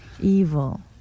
evil